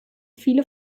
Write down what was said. viele